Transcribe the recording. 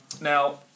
Now